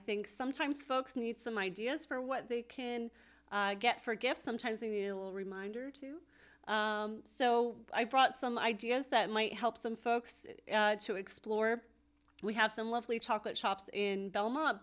think sometimes folks need some ideas for what they can get for gifts sometimes in the little reminder too so i brought some ideas that might help some folks to explore we have some lovely chocolate shops in belmont